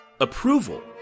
approval